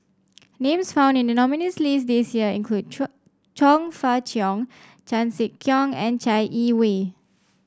names found in the nominees' list this year include Chong Chong Fah Cheong Chan Sek Keong and Chai Yee Wei